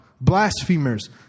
blasphemers